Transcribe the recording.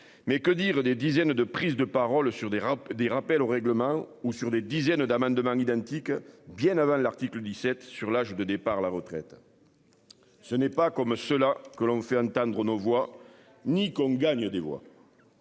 Mais que dire des dizaines de prise de parole sur des rats, des rappels au règlement ou sur des dizaines d'amendements identiques bien avant l'article 17 sur l'âge de départ à la retraite. Ce n'est pas comme cela que l'on fait entendre nos voix ni qu'on gagne des voix.